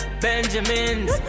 Benjamins